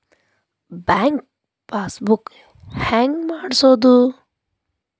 Bank passbook ಹೆಂಗ್ ಮಾಡ್ಸೋದು?